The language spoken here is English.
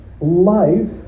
life